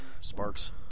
Sparks